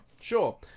Sure